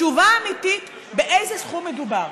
תשובה אמיתית באיזה סכום מדובר.